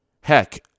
Heck